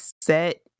set